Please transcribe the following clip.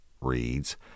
reads